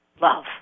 love